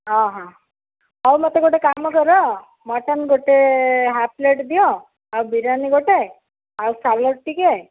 ହଁ ହଁ ହଉ ମୋତେ ଗୋଟେ କାମ କର ମଟନ୍ ଗୋଟେ ହାପ୍ ପ୍ଲେଟ୍ ଦିଅ ଆଉ ବିରୀଆନୀ ଗୋଟେ ଆଉ ସାଲାଟ୍ ଟିକେ